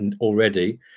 already